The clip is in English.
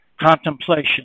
contemplation